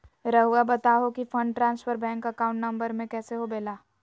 रहुआ बताहो कि fund transfer bank account number में कैसे होबेला?